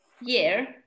year